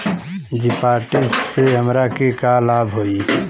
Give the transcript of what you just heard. डिपाजिटसे हमरा के का लाभ होई?